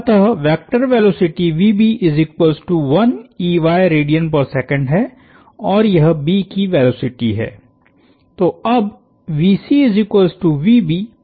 अतः वेक्टर वेलोसिटीहै और यह B की वेलोसिटी है